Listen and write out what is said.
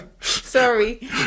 Sorry